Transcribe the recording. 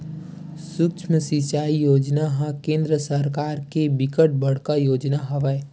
सुक्ष्म सिचई योजना ह केंद्र सरकार के बिकट बड़का योजना हवय